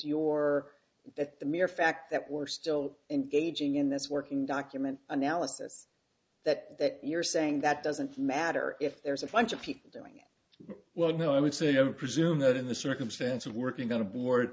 that the mere fact that we're still engaging in this working document analysis that you're saying that doesn't matter if there's a bunch of people doing well now i would say i'm presuming that in the circumstance of working on a board